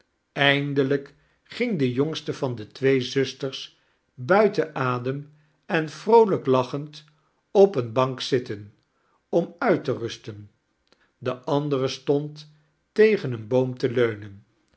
eindelijk ging de jongste van de twee zusters buiten adem en vroolijk laohend op eene bank zitten om uit te rusten de andere stond tegen eein boom te leunen